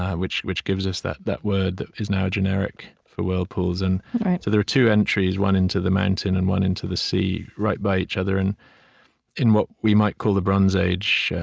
which which gives us that that word that is now a generic for whirlpools. and so there are two entries, one into the mountain and one into the sea, right by each other. and in what we might call the bronze age,